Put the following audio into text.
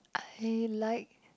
I like